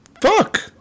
Fuck